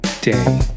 day